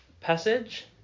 passage